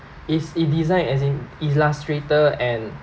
it's it design as in illustrator and